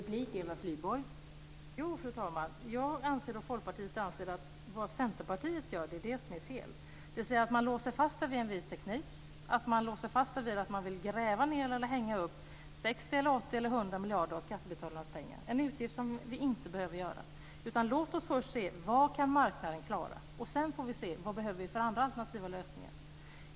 Fru talman! Jag och Folkpartiet anser att det som Centerpartiet gör är fel, dvs. att man låser fast sig vid en viss teknik, att man låser fast sig vid att man vill använda 60, 80 eller 100 miljarder av skattebetalarnas pengar för att gräva ned eller hänga upp kablar. Det är en utgift som vi inte behöver ha. Låt oss i stället först se vad marknaden kan klara. Sedan får vi se vilka andra alternativa lösningar vi behöver.